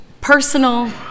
Personal